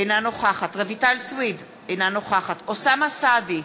אינה נוכחת רויטל סויד, אינה נוכחת אוסאמה סעדי,